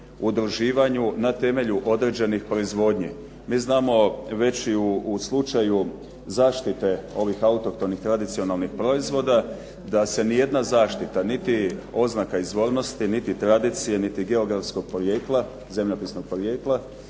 udruživanju na temelju određenih proizvodnji. Mi znamo već i u slučaju zaštite ovih autohtonih tradicionalnih proizvoda, da se nijedna zaštita niti oznaka izvornosti, niti tradicije, niti zemljopisnog porijekla